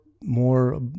more